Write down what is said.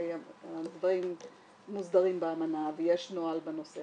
הדברים מוסדרים באמנה ויש נוהל בנושא